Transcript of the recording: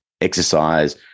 exercise